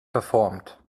verformt